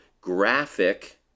graphic